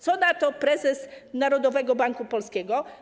Co na to prezes Narodowego Banku Polskiego?